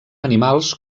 animals